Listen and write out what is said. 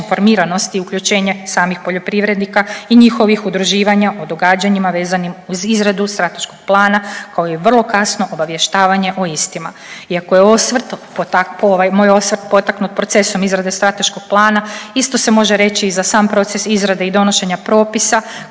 uključenje samih poljoprivrednika i njihovih udruživanja o događanjima vezanim uz izradu strateškog plana, kao i vrlo kasno obavještavanje o istima. I ako je osvrt, ovaj moj osvrt potaknut procesom izrade strateškog plana isto se može reći i za sam proces izrade i donošenja propisa